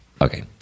Okay